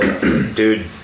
dude